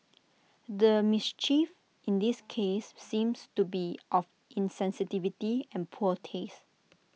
the mischief in this case seems to be of insensitivity and poor taste